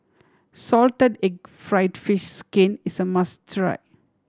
salted egg fried fish skin is a must try